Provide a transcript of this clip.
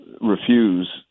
refuse